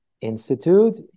Institute